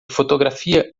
fotografia